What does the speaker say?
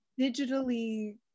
digitally